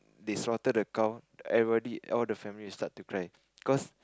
they slaughter the cow everybody all the family will start to cry cos